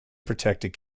protected